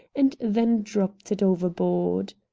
and then dropped it overboard.